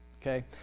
Okay